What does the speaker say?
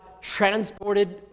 transported